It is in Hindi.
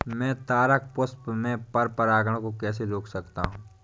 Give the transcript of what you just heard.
मैं तारक पुष्प में पर परागण को कैसे रोक सकता हूँ?